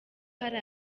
hari